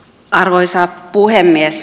arvoisa puhemies